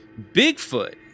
Bigfoot